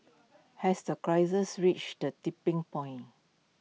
has the crisis reached the tipping point